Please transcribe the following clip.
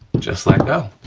just let go.